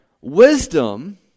Wisdom